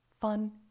fun